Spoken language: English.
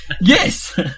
Yes